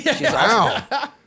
Wow